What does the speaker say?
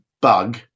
bug